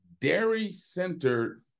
dairy-centered